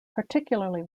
particularly